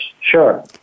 Sure